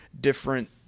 different